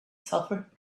suffer